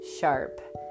sharp